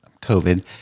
COVID